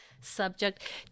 subject